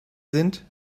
sind